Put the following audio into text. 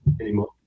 anymore